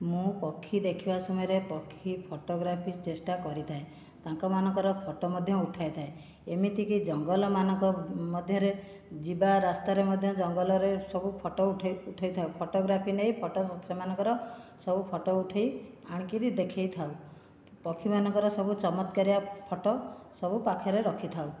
ମୁଁ ପକ୍ଷୀ ଦେଖିବା ସମୟରେ ପକ୍ଷୀ ଫୋଟୋଗ୍ରାଫି ଚେଷ୍ଟା କରିଥାଏ ତାଙ୍କ ମାନଙ୍କର ଫୋଟୋ ମଧ୍ୟ ଉଠାଇଥାଏ ଏମିତିକି ଜଙ୍ଗଲ ମାନଙ୍କ ମଧ୍ୟରେ ଯିବା ରାସ୍ତାରେ ମଧ୍ୟ ଜଙ୍ଗଲରେ ସବୁ ଫୋଟୋ ଉଠେଇ ଉଠାଇଥାଏ ଫୋଟୋଗ୍ରାଫି ନେଇ ଫୋଟୋ ସେମାନଙ୍କର ସବୁ ଫୋଟୋ ଉଠେଇ ଆଣିକିରି ଦେଖେଇଥାଉ ପକ୍ଷୀ ମାନଙ୍କର ସବୁ ଚମତ୍କାରିଆ ଫୋଟୋ ସବୁ ପାଖରେ ରଖିଥାଉ